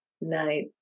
night